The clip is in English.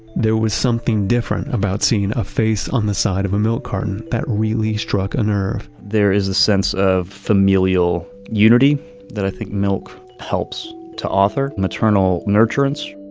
there was something different about seeing a face on the side of a milk carton that really struck a nerve there is a sense of familial unity that i think milk helps to author. maternal nurturance,